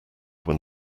when